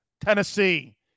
Tennessee